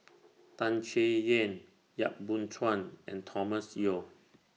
Tan Chay Yan Yap Boon Chuan and Thomas Yeo